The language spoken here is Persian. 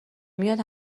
میاد